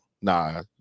Nah